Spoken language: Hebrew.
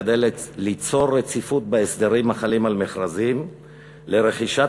כדי ליצור רציפות בהסדרים החלים על מכרזים לרכישת